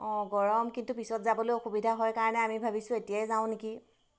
অঁ গৰম কিন্তু পিছত যাবলৈ অসুবিধা হয় কাৰণে আমি ভাবিছোঁ এতিয়াই যাওঁ নেকি